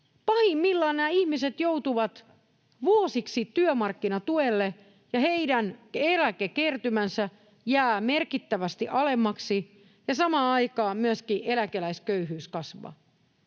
Pahimmillaan nämä ihmiset joutuvat vuosiksi työmarkkinatuelle, ja heidän eläkekertymänsä jää merkittävästi alemmaksi, ja samaan aikaan myöskin eläkeläisköyhyys kasvaa.